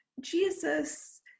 Jesus